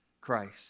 Christ